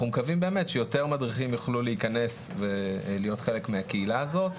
אנחנו מקווים באמת שיותר מדריכים יוכלו להיכנס ולהיות חלק מהקהילה הזאת,